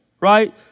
right